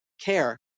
care